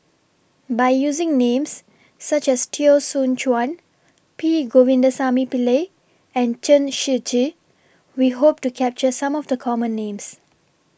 By using Names such as Teo Soon Chuan P Govindasamy Pillai and Chen Shiji We Hope to capture Some of The Common Names